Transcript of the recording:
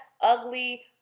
ugly